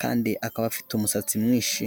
kandi akaba afite umusatsi mwinshi.